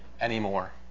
anymore